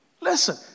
Listen